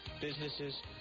businesses